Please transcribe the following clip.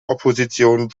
opposition